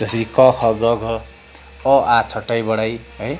जस्तै क ख ग घ अ आ इ ई है